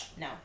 No